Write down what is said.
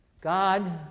God